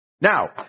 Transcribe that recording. Now